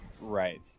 Right